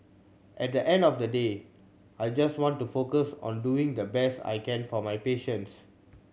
at the end of the day I just want to focus on doing the best I can for my patients